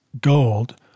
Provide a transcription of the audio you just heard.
gold